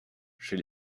chez